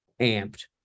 amped